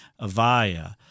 Avaya